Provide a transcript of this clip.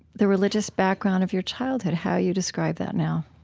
the religious background of your childhood, how you describe that now?